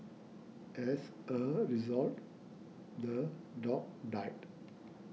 as a result the dog died